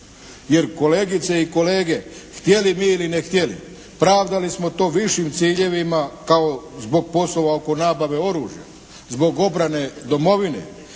Jer kolegice i kolege, htjeli mi ili ne htjeli pravdali smo to višim ciljevima kao zbog poslova oko nabave oružja, zbog obrane Domovine.